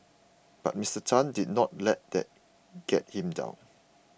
but Mister Tan did not let that get him down